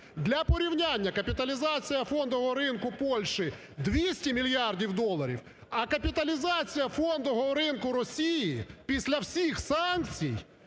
Для порівняння, капіталізація фондового ринку Польщі 200 мільярдів доларів, а капіталізація фондового ринку Росії після всіх санкцій